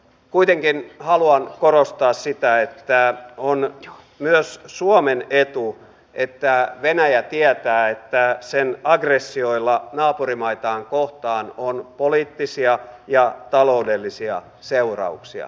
kuitenkin haluan korostaa sitä että on myös suomen etu että venäjä tietää että sen aggressioilla naapurimaitaan kohtaan on poliittisia ja taloudellisia seurauksia